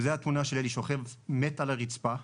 וזו התמונה של אלי שוכב מת על הרצפה,